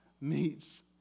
meets